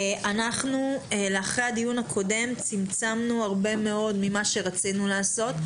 אחרי הדיון הקודם צמצמנו מאוד ממה שרצינו לעשות.